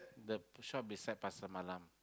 the shop beside Pasar-Malam